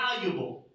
valuable